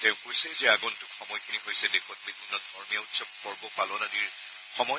তেওঁ কৈছে যে আগন্তক সময়খিনি হৈছে দেশত বিভিন্ন ধৰ্মীয় উৎসৱ পৰ্ব আদি পালনৰ সময়